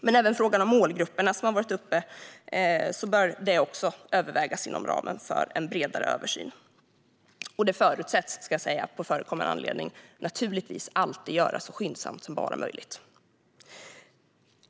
Men även frågan om målgrupperna, som har varit uppe här, bör övervägas inom ramen för en bredare översyn. Det förutsätts, vill jag säga på förekommen anledning, naturligtvis alltid göras så skyndsamt som det bara är möjligt.